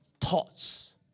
thoughts